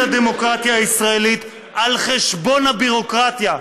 הדמוקרטיה הישראלית על חשבון הביורוקרטיה,